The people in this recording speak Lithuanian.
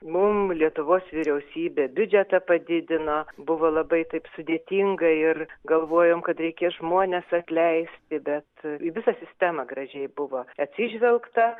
mum lietuvos vyriausybė biudžetą padidino buvo labai taip sudėtinga ir galvojom kad reikės žmones atleisti bet į visą sistemą gražiai buvo atsižvelgta